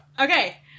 Okay